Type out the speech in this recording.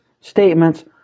statements